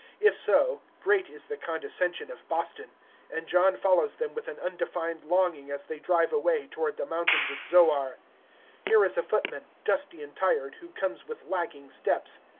if so, great is the condescension of boston and john follows them with an undefined longing as they drive away toward the mountains of zoar. here is a footman, dusty and tired, who comes with lagging steps.